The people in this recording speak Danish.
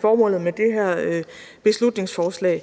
formålet med det her beslutningsforslag.